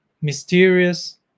mysterious